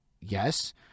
yes